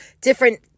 different